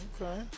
okay